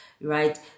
right